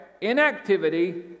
inactivity